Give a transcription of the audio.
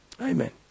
Amen